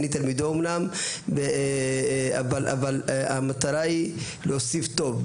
אני תלמידו אמנם אבל המטרה היא להוסיף טוב,